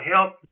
help